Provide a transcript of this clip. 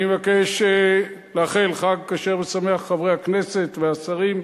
אני מבקש לאחל חג כשר ושמח, חברי הכנסת והשרים,